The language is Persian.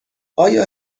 آیا